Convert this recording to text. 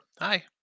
Hi